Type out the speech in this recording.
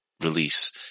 release